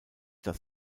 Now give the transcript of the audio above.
das